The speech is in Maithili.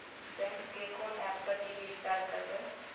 बैंक के कोन एप से टी.वी रिचार्ज करबे?